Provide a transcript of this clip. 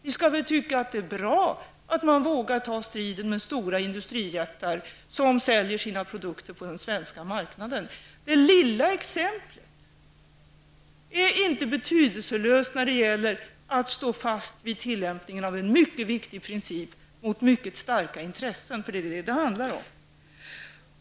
Vi skall väl tycka att det är bra att myndigheterna vågar ta striden med de stora industrijättar som säljer sina produkter på den svenska marknaden. Det lilla exemplet är inte betydelselöst när det gäller att stå fast vid tillämpningen av en mycket viktig princip gentemot mycket starka intressen; det är nämligen vad det handlar om.